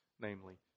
namely